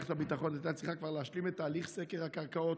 מערכת הביטחון הייתה צריכה כבר להשלים את הליך סקר הקרקעות,